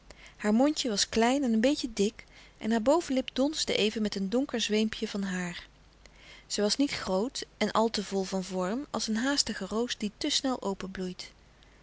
haar mondje was klein en een beetje dik en haar bovenlip donsde even met een donker zweempje van haar zij was niet groot en al te vol van vorm als een haastige roos die te snel